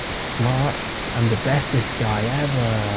smart and the bestest guy ever.